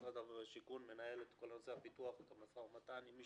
משרד השיכון מנהל את כל נושא הפיתוח ואת המשא ומתן עם מי